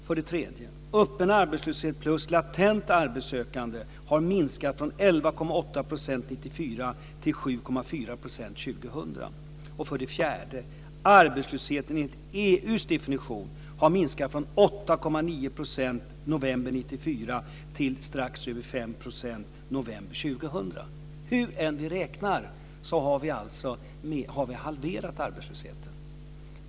För det tredje: Öppen arbetslöshet plus latenta arbetssökande har minskat från 11,8 % år 1994 till För det fjärde: Arbetslösheten enligt EU:s definition har minskat från 8,9 % i november 1994 till strax över 5 % i november 2000. Hur vi än räknar har vi halverat arbetslösheten.